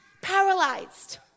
Paralyzed